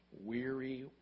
Weary